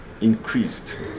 increased